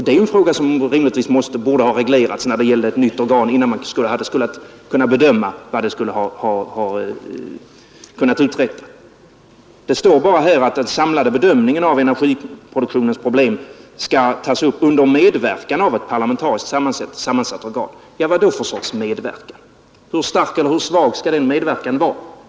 Det är ju en fråga som rimligtvis borde ha reglerats när det gäller ett nytt organ, innan man kan bedöma vad det skulle kunna uträtta, I utskottsbetänkandet står bara att den samlade bedömningen av energiproduktionens problem skall tas upp ”under medverkan av ett parlamentariskt sammansatt organ”. Ja, vad då för sorts medverkan? Hur stark eller hur svag skall den medverkan vara?